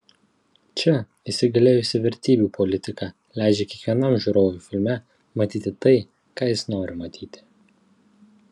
čia įsigalėjusi vertybių politika leidžia kiekvienam žiūrovui filme matyti tai ką jis nori matyti